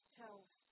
tells